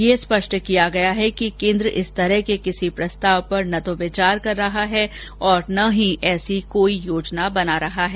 यह स्पष्ट किया गया है कि केन्द्र इस तरह के किसी प्रस्ताव पर न तो विचार कर रहा है और न ही ऐसी कोई योजना बना रहा है